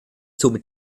zum